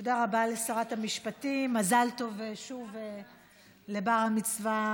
תודה רבה לשרת המשפטים, ומזל טוב שוב על בר-המצווה